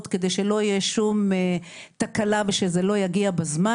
כדי שלא תהיה שום תקלה שזה לא יגיע בזמן.